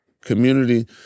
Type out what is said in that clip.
community